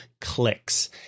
clicks